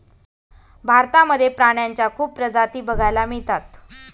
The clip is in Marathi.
भारतामध्ये प्राण्यांच्या खूप प्रजाती बघायला मिळतात